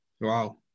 Wow